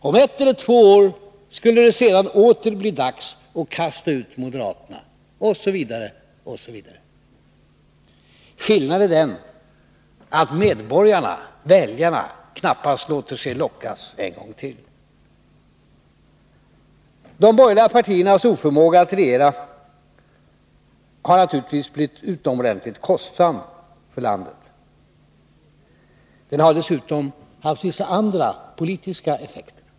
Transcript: Om ett eller två år, skulle det sedan åter bli dags att kasta ut moderaterna, osv. Skillnaden är den att medborgarna, väljarna, knappast låter sig lockas en gång till. De borgerliga partiernas oförmåga att regera har naturligtvis blivit utomordentligt kostsam för landet. Den har dessutom haft vissa andra politiska effekter.